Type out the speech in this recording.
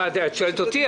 את שואלת אותי?